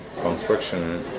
construction